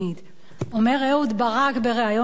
אומר אהוד ברק בריאיון לארי שביט: